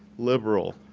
liberal.